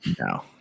No